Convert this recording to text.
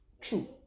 true